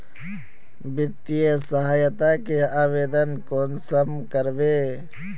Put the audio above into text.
वित्तीय सहायता के आवेदन कुंसम करबे?